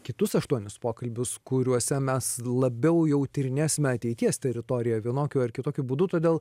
kitus aštuonis pokalbius kuriuose mes labiau jau tyrinėsime ateities teritoriją vienokiu ar kitokiu būdu todėl